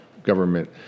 government